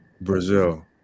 Brazil